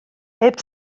heb